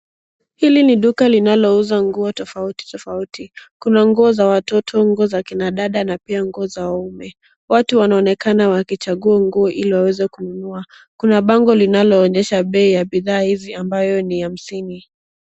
Hili ni duka linalouza nguo tofauti tofauti. Kuna nguo za watoto, nguo za wanadada na pia nguo za wanaume. Watu wanaonekana wakichagua nguo ili waweze kununua. Kuna bango linaloonyesha bei ya bidhaa hizi ambalo ni la msingi.